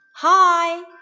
Hi